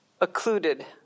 occluded